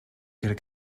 could